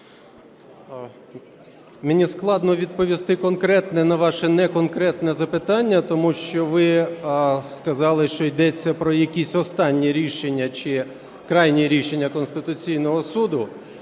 Мені складно відповісти конкретно на ваше не конкретне запитання, тому що ви сказали, що йдеться про якісь останні рішення чи крайні рішення Конституційного Суду.